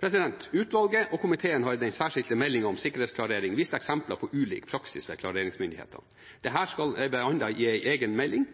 Utvalget og komiteen har i den særskilte meldingen om sikkerhetsklarering vist eksempler på ulik praksis hos klareringsmyndighetene. Dette skal bli behandlet i en egen melding.